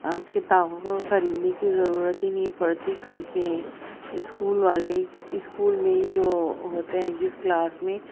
اب کتابوں کو خریدنے کی ضرورت ہی نہیں پڑتی کیونکہ اسکول والے ہی اسکول میں جو ہوتے ہیں جس کلاس میں